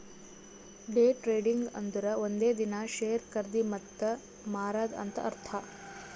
day trading ಅಂದುರ್ ಒಂದೇ ದಿನಾ ಶೇರ್ ಖರ್ದಿ ಮತ್ತ ಮಾರಾದ್ ಅಂತ್ ಅರ್ಥಾ